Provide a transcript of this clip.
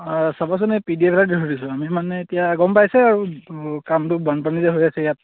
অঁ চাবাচোন এই পি ডি এফ এটা দি থৈ দিছোঁ আমি মানে এতিয়া গম পাইছাই আৰু অঁ কামটো বানপানী যে হৈ আছে ইয়াত